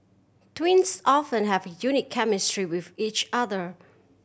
twins often have a unique chemistry with each other